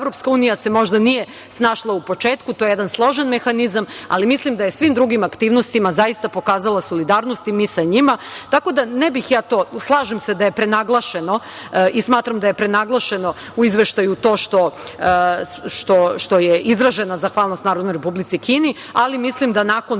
pomogao. Evropska unija se možda nije snašla u početku. To je jedan složen mehanizam, ali mislim da je svim drugim aktivnostima zaista pokazala solidarnost i mi sa njima. Slažem se da je prenaglašeno i smatram da je prenaglašeno u izveštaju to što je izražena zahvalnost Narodnoj Republici Kini, ali mislim da smo